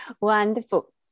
wonderful